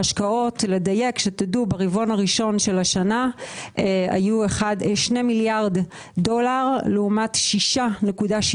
ההשקעות ברבעון הראשון של השנה היו 2 מיליארד דולר לעומת 6.7